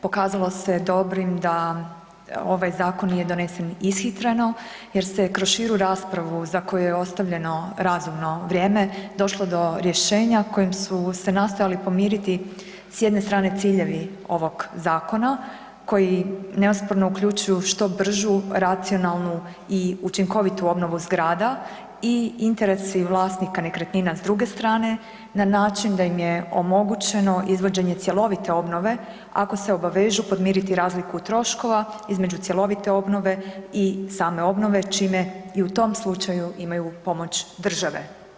Pokazalo se dobrim da ovaj zakon nije donesen ishitreno jer se kroz širu raspravu za koju je ostavljeno razumno vrijeme došlo do rješenja kojim su se nastojali pomiriti s jedne strane ciljevi ovog zakona koji neosporno uključuju što bržu racionalnu i učinkovitu obnovu zgrada i interesi vlasnika nekretnina s druge strane na način da im je omogućeno izvođenje cjelovite obnove ako se obavežu podmiriti razliku troškova između cjelovite obnove i same obnove čime i u tom slučaju imaju pomoć države.